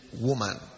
woman